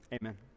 Amen